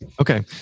Okay